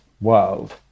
world